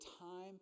time